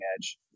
Edge